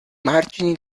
margini